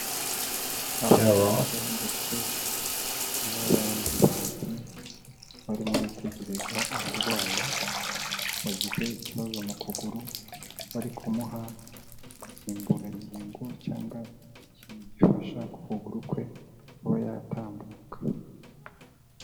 Abaganga ndetse n'abandi bantu, barimo bitegereza umurwayi, wagize ikibazo mu kuguru, bari kumuha insimburangingo cyangwa ikintu gifasha ukuguru kwe kuba yatambuka.